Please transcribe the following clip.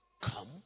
come